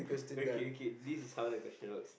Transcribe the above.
okay okay this is how the question works